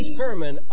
sermon